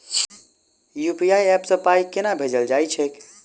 UPI app सँ पाई केना भेजल जाइत छैक?